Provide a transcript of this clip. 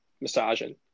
massaging